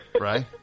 Right